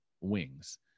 wings